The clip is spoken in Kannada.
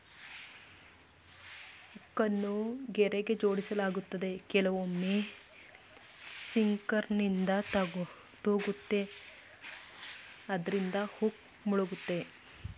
ಹುಕ್ಕನ್ನು ಗೆರೆಗೆ ಜೋಡಿಸಲಾಗುತ್ತೆ ಕೆಲವೊಮ್ಮೆ ಸಿಂಕರ್ನಿಂದ ತೂಗುತ್ತೆ ಅದ್ರಿಂದ ಹುಕ್ ಮುಳುಗುತ್ತೆ